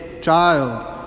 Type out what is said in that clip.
child